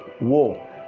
war